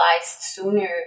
sooner